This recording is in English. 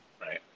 right